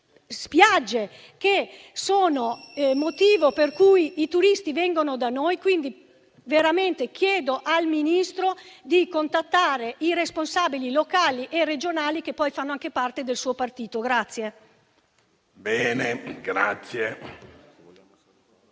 spiagge che sono il motivo per cui i turisti vengono da noi. Quindi, chiedo al Ministro di contattare i responsabili locali e regionali, che poi fanno anche parte del suo partito. **Saluto